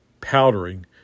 powdering